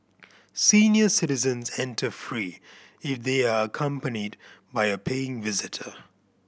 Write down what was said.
senior citizens enter free if they are accompanied by a paying visitor